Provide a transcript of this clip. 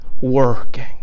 working